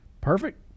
Perfect